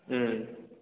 उम